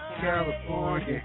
California